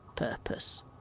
purpose